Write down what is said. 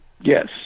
yes